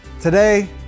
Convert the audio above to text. Today